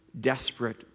desperate